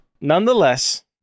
nonetheless